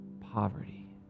poverty